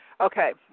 Okay